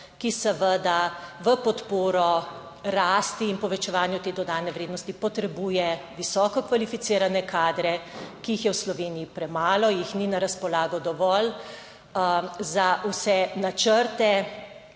ki seveda v podporo rasti in povečevanju te dodane vrednosti potrebuje visoko kvalificirane kadre, ki jih je v Sloveniji premalo, jih ni na razpolago dovolj za vse načrte,